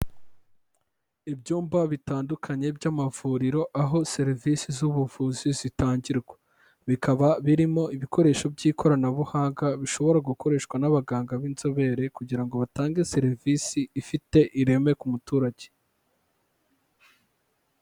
Ibyumba bitandukanye by'amavuriro, aho serivisi z'ubuvuzi zitangirwa. Bikaba birimo ibikoresho by'ikoranabuhanga bishobora gukoreshwa n'abaganga b'inzobere, kugira ngo batange serivisi ifite ireme ku muturage.